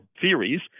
theories